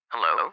Hello